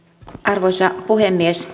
arvoisa puhemies